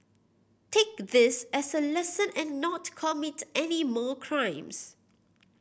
take this as a lesson and not commit any more crimes